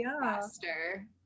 faster